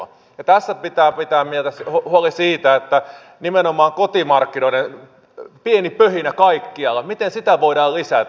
ja tässä pitää pitää mielessä huoli siitä miten nimenomaan kotimarkkinoiden pientä pöhinää kaikkialla voidaan lisätä